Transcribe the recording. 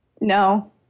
No